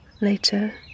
Later